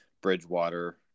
Bridgewater